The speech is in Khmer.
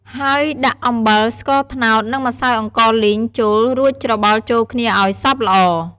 ហើយ ដាក់ អំបិល ស្ករត្នោត និង ម្សៅអង្ករលីង ចូល រួចច្របល់ចូលគ្នាឱ្យសព្វល្អ។